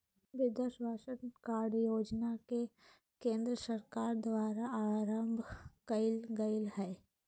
मृदा स्वास्थ कार्ड योजना के केंद्र सरकार द्वारा आरंभ कइल गेल हइ